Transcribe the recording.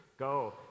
go